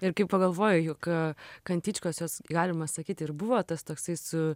ir kai pagalvoji juk kantyčkos jos galima sakyt ir buvo tas toksai su